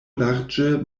larĝe